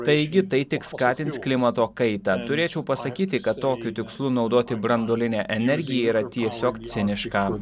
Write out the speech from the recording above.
taigi tai tik skatins klimato kaitą turėčiau pasakyti kad tokiu tikslu naudoti branduolinę energiją yra tiesiog ciniška